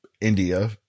India